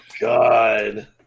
God